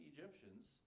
Egyptians